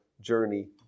journey